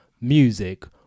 music